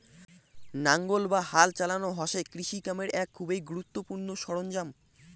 নাঙ্গল বা হাল চালানো হসে কৃষি কামের এক খুবই গুরুত্বপূর্ণ সরঞ্জাম